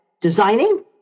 designing